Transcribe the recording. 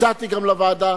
הצעתי גם לוועדה,